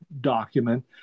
document